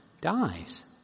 dies